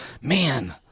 man